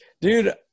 Dude